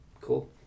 Cool